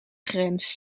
grens